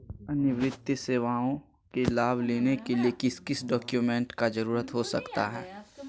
अन्य वित्तीय सेवाओं के लाभ लेने के लिए किस किस डॉक्यूमेंट का जरूरत हो सकता है?